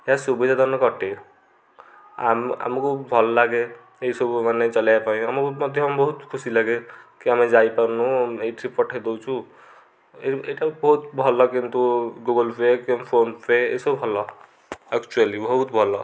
ଏହା ସୁବିଧାଜନକ ଅଟେ ଆମକୁ ଭଲ ଲାଗେ ଏଇସବୁ ମାନେ ଚଲାଇବା ପାଇଁ ଆମକୁ ମଧ୍ୟ ବହୁତ ଖୁସି ଲାଗେ କି ଆମେ ଯାଇପାରୁନୁ ଏଇଠି ପଠେଇ ଦଉଛୁ ଏଇଟା ବହୁତ ଭଲ କିନ୍ତୁ ଗୁଗୁଲପେ କିମ୍ ଫୋନପେ ଏସବୁ ଭଲ ଆକ୍ଚୁଆଲି ବହୁତ ଭଲ